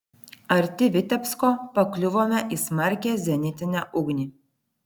arti vitebsko pakliuvome į smarkią zenitinę ugnį